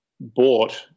bought